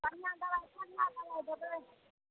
कनिये दवाइ तगड़ा दवाइ देबै